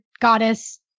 goddess